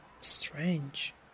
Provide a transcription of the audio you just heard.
strange